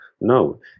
No